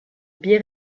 bir